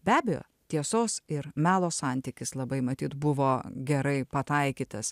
be abejo tiesos ir melo santykis labai matyt buvo gerai pataikytas